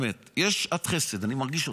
יש שעת חסד, אני מרגיש אותה.